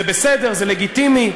זה בסדר, זה לגיטימי.